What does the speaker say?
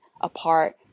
apart